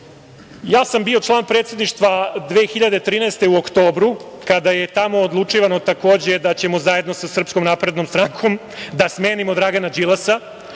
Bio sam član predsedništva 2013. godine u oktobru kada je tamo odlučivano takođe da ćemo zajedno sa Srpskom naprednom strankom da smenimo Dragana Đilasa.